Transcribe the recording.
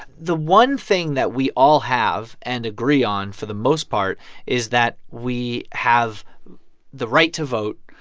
the one thing that we all have and agree on for the most part is that we have the right to vote,